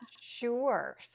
Sure